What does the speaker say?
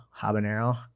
habanero